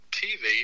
tv